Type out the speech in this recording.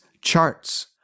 charts